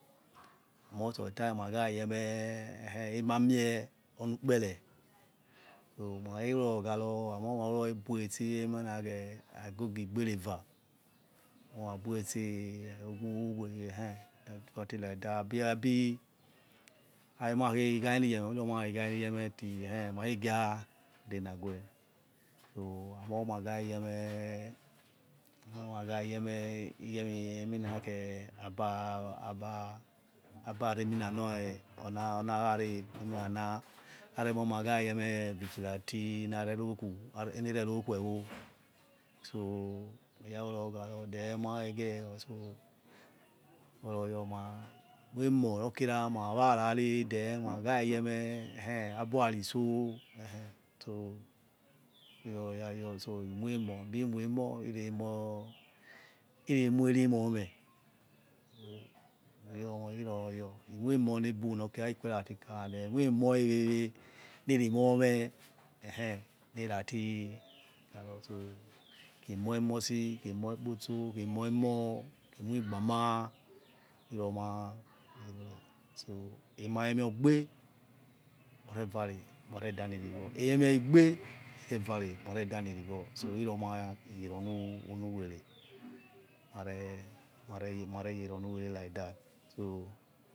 Amor sometimes ma ghayemeh ekhe emamie onu kpereh so makhakheruro gharo amoi makhe rurokhe buetsi eminakhe agogi igbe re eva or maybe tsi eh uwe ekhe sometimes like that abi abi abimakhe right eniye meh iruo marigha eniye me ti ekhe ma khege ya denawe so amor ma ghayemeh amor magaye meh iyemi emina khe aba aba aba remina moi ona rari eminana are moh ma ghayemeh vigilanti nare rokhi enerero kha ewo so eyaruroghari then ma gere otso oyama emoh nor kira mawarare then magayeh ekhe abor aritso ekhe to iroyayor so imo i emoh abi moi emoh iroh emoh eri moh meh so eroroya imoi emoh ne bu nor kira ikuemati karora mehoi emoh wewe nerimomeh ekhe nira tikari so khem emo emosi khe emo okpotso khe emo emoh khe emo ugboma ivima yere so ema amime ogbe orevare mare dami irighor emi meme igbe ire are ma redami yere onu were like that so